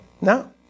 No